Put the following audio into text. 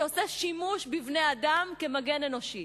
שעושה שימוש בבני-אדם כמגן אנושי.